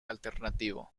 alternativo